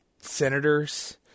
senators